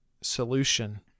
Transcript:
solution